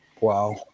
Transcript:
Wow